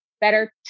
better